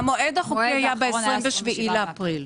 המועד החוקי היה ב-27 באפריל.